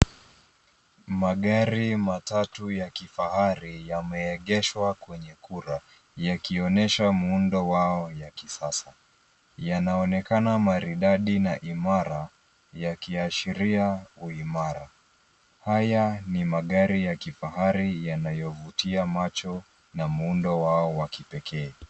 Magari matatu ya kifahari, yameegeshwa kwenye kura, yakionyesha muundo wao ya kisasa, yanaonekana maridadi na imara, yakiashiria uimara. Haya ni magari ya kifahari, yanayovutia macho, na muundo wao wa kipekee.